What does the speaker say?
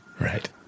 Right